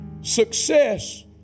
Success